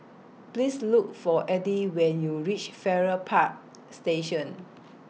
Please Look For Edie when YOU REACH Farrer Park Station